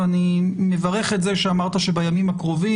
ואני מברך על זה שאמרת שבימים הקרובים,